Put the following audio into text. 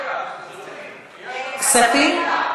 כספים?